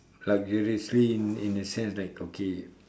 luxuriously in in the sense that okay